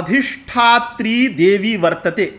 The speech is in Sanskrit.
अधिष्ठात्री देवी वर्तते